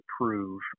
prove